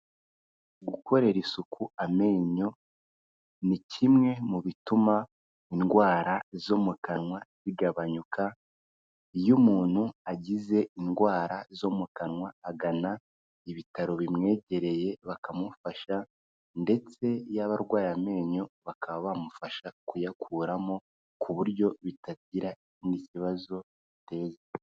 Guukorera isuku amenyo, ni kimwe mu bituma indwara zo mu kanwa zigabanyuka, iyo umuntu agize indwara zo mu kanwa agana ibitaro bimwegereye bakamufasha ndetse yaba arwaye amenyo bakaba bamufasha kuyakuramo ku buryo bitagira n'ikindi kibazo biteza.